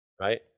right